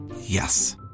Yes